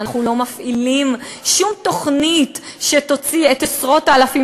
אנחנו לא מפעילים שום תוכנית שתוציא את עשרות האלפים